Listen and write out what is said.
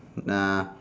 nah